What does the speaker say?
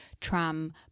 tram